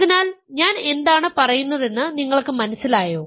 അതിനാൽ ഞാൻ എന്താണ് പറയുന്നതെന്ന് നിങ്ങൾക്ക് മനസ്സിലായോ